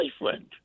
boyfriend